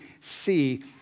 see